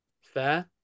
Fair